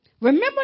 Remember